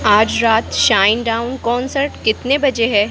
आज रात Shinedown concert कितने बजे है